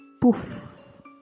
Poof